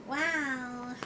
!wow!